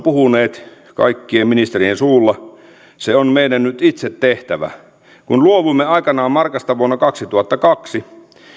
puhuneet kaikkien ministerien suulla on meidän nyt itse tehtävä kun luovuimme aikanaan markasta vuonna kaksituhattakaksi